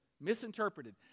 misinterpreted